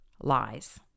lies